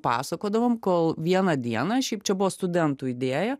pasakodavom kol vieną dieną šiaip čia buvo studentų idėja